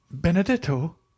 Benedetto